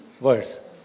verse